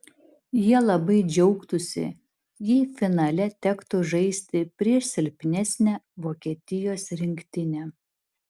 jie labai džiaugtųsi jei finale tektų žaisti prieš silpnesnę vokietijos rinktinę